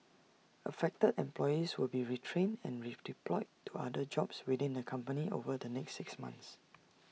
affected employees will be retrained and redeployed to other jobs within the company over the next six months